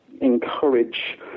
encourage